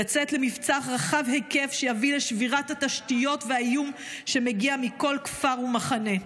לצאת למבצע רחב היקף שיביא לשבירת התשתיות והאיום שמגיע מכל כפר ומחנה.